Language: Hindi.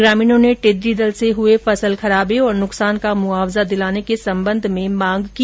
ग्रामीणों ने टिड्डी दल से हुए फसल खराबे और नुकसान का मुआवजा दिलाने के संबंध में मांग की